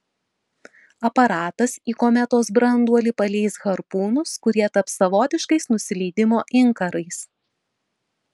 aparatas į kometos branduolį paleis harpūnus kurie taps savotiškais nusileidimo inkarais